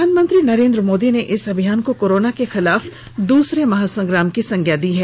प्रधानमंत्री नरेन्द्र मोदी ने इस अभियान को कोरोना के खिलाफ दूसरे महासंग्राम की संज्ञा दी है